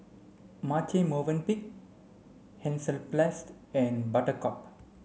Marche Movenpick Hansaplast and Buttercup